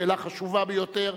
שאלה חשובה ביותר.